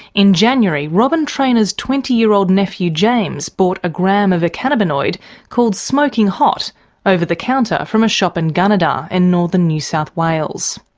in january, robyn traynor's twenty year old nephew james bought a gram of a cannabinoid called smoking hot over the counter from a shop in and gunnedah, in northern new south wales.